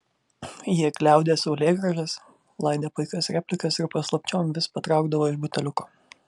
jie gliaudė saulėgrąžas laidė paikas replikas ir paslapčiom vis patraukdavo iš buteliuko